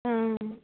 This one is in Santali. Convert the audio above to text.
ᱦᱮᱸ